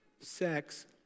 sex